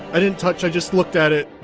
i didn't touch, i just looked at it!